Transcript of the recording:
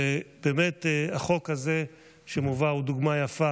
ובאמת החוק הזה שמובא הוא דוגמה יפה